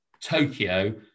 Tokyo